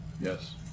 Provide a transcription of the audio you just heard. Yes